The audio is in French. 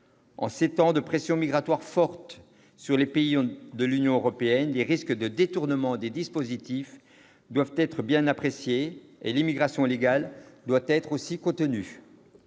En ces temps de pression migratoire forte sur les pays de l'Union européenne, les risques de détournement des dispositifs doivent être bien appréciés, et l'immigration légale doit être également contenue.